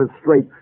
straight